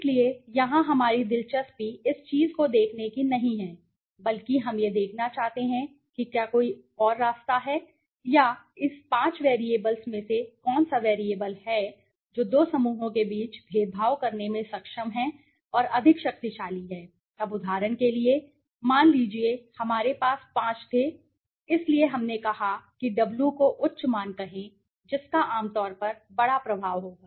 इसलिए यहाँ हमारी दिलचस्पी इस चीज़ को देखने की नहीं है बल्कि हम यह देखना चाहते हैं कि क्या कोई रास्ता है या इस पाँच वैरिएबल्स में से कौन सा वैरिएबल्स है जो दो समूहों के बीच भेदभाव करने में सक्षम हैं और अधिक शक्तिशाली हैं अब उदाहरण के लिए मान लीजिए हमारे पास पाँच थे इसलिए हमने कहा कि wको उच्च मान कहें जिसका आम तौर पर बड़ा प्रभाव होगा